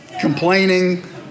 complaining